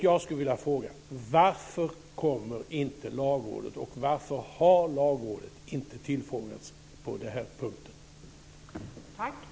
Jag skulle vilja fråga: Varför kommer inte Lagrådet, och varför har inte Lagrådet tillfrågats på den här punkten?